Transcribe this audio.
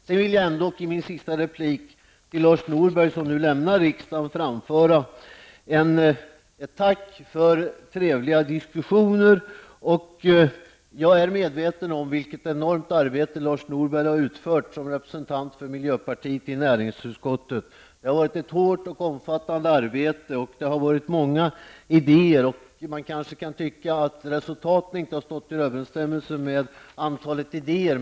Sedan vill jag ändock i min sista replik till Lars Norberg, som nu lämnar riksdagen, framföra ett tack för trevliga diskussioner. Jag är medveten om vilket enormt arbete Lars Norberg har utfört som representant för miljöpartiet i näringsutskottet. Det har varit ett hårt och omfattande arbete. Det har varit många idéer. Man kan kanske tycka att resultatet inte stått i överensstämmelse med antalet idéer.